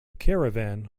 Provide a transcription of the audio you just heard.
caravan